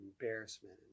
embarrassment